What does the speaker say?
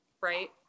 right